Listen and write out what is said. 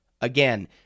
Again